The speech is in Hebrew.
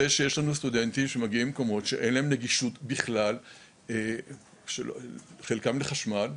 זה שיש לנו סטודנטים שמגיעים ממקומות שאין להם נגישות בכלל חלקם לחשמל.